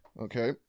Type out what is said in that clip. Okay